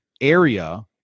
area